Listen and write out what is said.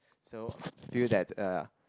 so I feel that uh